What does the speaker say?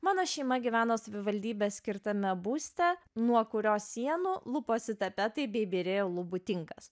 mano šeima gyveno savivaldybės skirtame būste nuo kurio sienų luposi tapetai bei byrėjo lubų tinkas